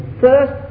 first